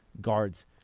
guards